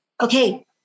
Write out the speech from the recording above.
okay